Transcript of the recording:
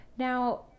Now